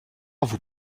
vous